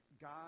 God